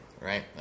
Right